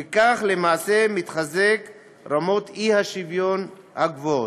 וכך למעשה מתחזקות רמות אי-שוויון גבוהות.